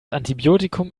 antibiotikum